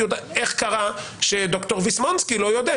אותה איך קרה שד"ר ויסמונסקי לא יודע?